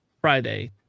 Friday